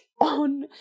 on